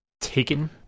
Taken